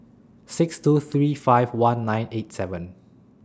six two three five one nine eight seven